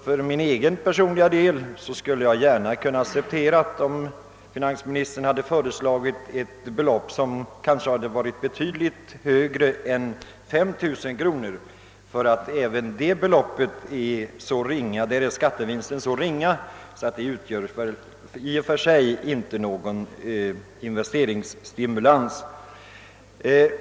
För min personliga del skulle jag gärna kunnat acceptera om finansministern hade föreslagit ett belopp som hade varit betydligt högre än 5000 kronor, ty även då är skattevinsten så ringa att det i och för sig inte blir någon investeringsstimulans.